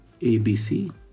ABC